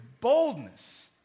boldness